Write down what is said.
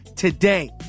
Today